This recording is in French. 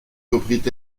reprit